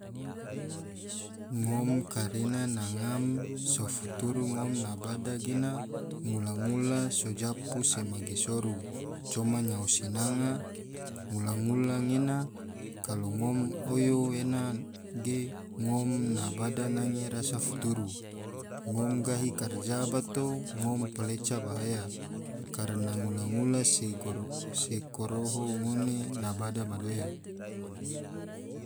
Ngom kare na ngam so futuru ngom na bada gena, ngula-ngula sojapu magi soru, coma nyao sinanga, ngula-ngula gena kalo ngom oyo gena ngom na bada nange rasa futuru, ngom gahi karja bato ngom paleca bahaya, karana ngula-ngula se koroho ngone na bada madoya.